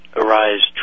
ARISE